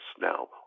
Now